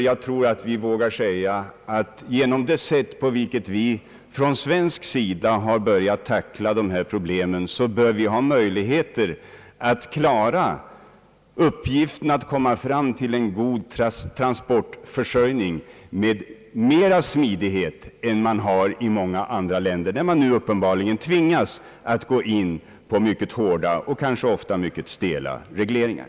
Jag vågar säga att vi genom det sätt på vilket vi från svensk sida har börjat tackla dessa problem bör ha möjligheter att klara uppgiften att åstadkomma en god trafikförsörjning med större smidighet än i många andra länder, där man nu uppenbarligen tvingas att tillgripa mycket hårda och kanske ofta mycket stela regleringar.